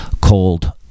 called